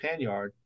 Panyard